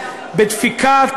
בדפיקת,